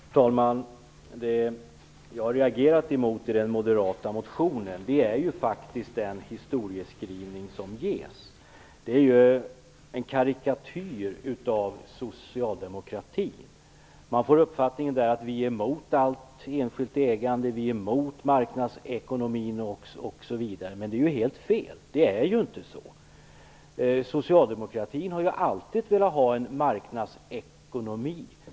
Herr talman! Det jag har reagerat emot i den moderata motionen är den historieskrivning som ges. Det är en karikatyr av socialdemokratin. Man får uppfattningen att vi är emot allt enskilt ägande, emot marknadsekonomi osv., men det är ju helt fel. Det är ju inte så! Socialdemokratin har alltid velat ha en marknadsekonomi.